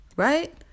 Right